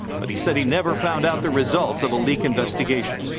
but he said he never found out the results of a leak investigation.